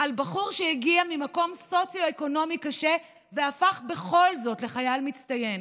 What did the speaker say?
על בחור שהגיע ממקום סוציו-אקונומי קשה והפך בכל זאת לחייל מצטיין,